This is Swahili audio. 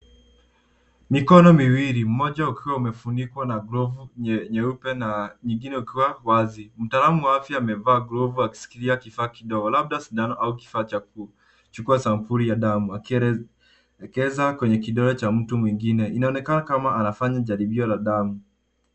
Mikono miwini mmoja ukiwa umefunikwa na glovu nyeupe na nyingine ukiwa wazi, Mtaalamu wa afya amevaa glovu akishikilia kifaa kidogo labda sindano au kifaa cha kuchukua sampuli ya damu akielekeza kwenye kidole cha mtu mwingine. Inaonekana kama anafanya jaribio ya damu.